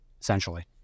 essentially